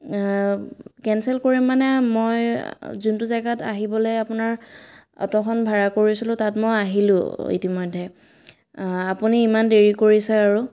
cancel কৰিম মানে মই যোনটো জেগাত আহিবলৈ আপোনাৰ অ'টোখন ভাড়া কৰিছিলোঁ তাত মই আহিলোঁ ইতিমধ্যে আপুনি ইমান দেৰি কৰিছে আৰু